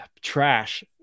trash